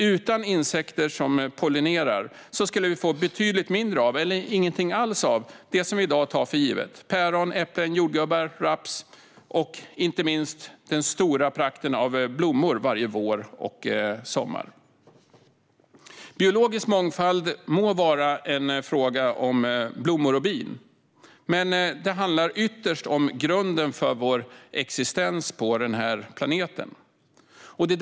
Utan insekter som pollinerar skulle vi få betydligt mindre eller ingenting alls av det vi i dag tar för givet: päron, äpplen, jordgubbar, raps och inte minst den stora prakten av blommor varje vår och sommar. Biologisk mångfald må vara en fråga om blommor och bin, men det handlar ytterst om grunden för vår existens på denna planet.